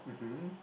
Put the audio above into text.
mmhmm